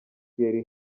thierry